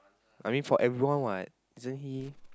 I mean for everyone what isn't he